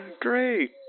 Great